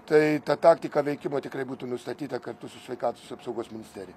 tai ta taktika veikimo tikrai būtų nustatyta kad kartu su sveikatos apsaugos ministerija